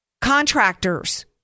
Contractors